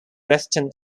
western